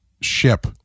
ship